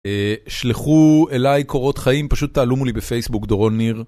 שלחו אליי קורות חיים פשוט תעלו מולי בפייסבוק דורון ניר.